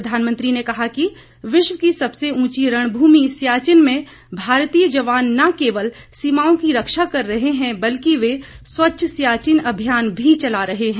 प्रधानमंत्री ने कहा कि विश्व की सबसे ऊंची रणभूमि सियाचीन में भारतीय जवान न केवल सीमाओं की रक्षा कर रहे हैं बल्कि वे स्वच्छ सियाचीन अभियान भी चला रहे हैं